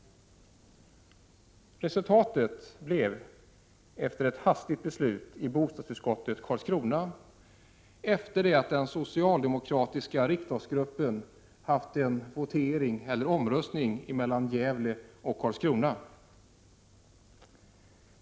Resultatet blev — efter ett hastigt beslut i bostadsutskottet — förslag om lokalisering till Karlskrona, detta sedan den socialdemokratiska riksdagsgruppen hade haft en omröstning mellan Gävle och Karlskrona.